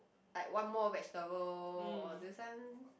like one more vegetable or this one